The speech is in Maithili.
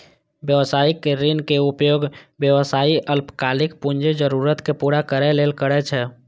व्यावसायिक ऋणक उपयोग व्यवसायी अल्पकालिक पूंजी जरूरत कें पूरा करै लेल करै छै